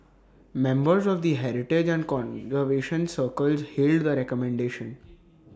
members of the heritage and conservation circles hailed the recommendation